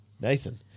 Nathan